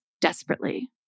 desperately